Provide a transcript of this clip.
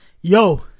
yo